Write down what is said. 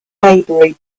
maybury